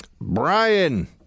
Brian